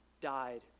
died